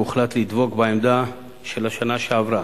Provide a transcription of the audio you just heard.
והוחלט לדבוק בעמדה של השנה שעברה.